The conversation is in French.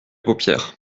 paupières